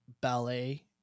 ballet